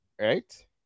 right